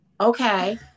okay